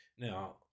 Now